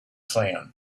sand